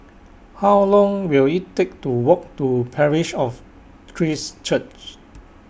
How Long Will IT Take to Walk to Parish of Christ Church